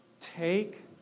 Take